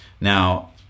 Now